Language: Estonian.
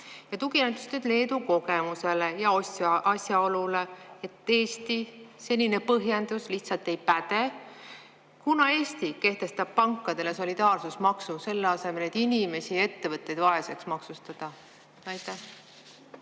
tuginedes Leedu kogemusele ja asjaolule, et Eesti senine põhjendus lihtsalt ei päde, [ma küsin:] kunas Eesti kehtestab pankadele solidaarsusmaksu, selle asemel et inimesi ja ettevõtteid vaeseks maksustada? Aitäh!